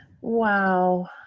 Wow